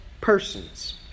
persons